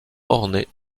orné